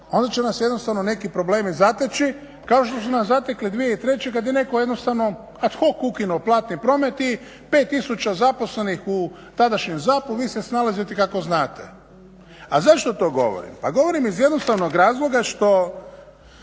onda će nas jednostavno neki problemi zateći, kao što su nas zatekli 2003. kada je netko jednostavno ad hoc ukinuo platni promet i 5000 zaposlenih u tadašnjem ZAP-u, vi se snalazite kako znate. A zašto to govorim? Pa govorim iz jednostavnog razloga što